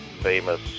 famous